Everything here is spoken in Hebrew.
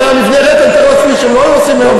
אם היה מבנה ריק אני מתאר לעצמי שהם לא היו עושים להם דווקא.